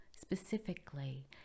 specifically